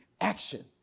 action